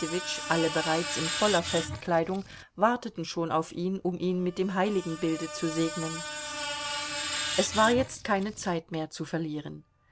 alle bereits in voller festkleidung warteten schon auf ihn um ihn mit dem heiligenbilde zu segnen es war jetzt keine zeit mehr zu verlieren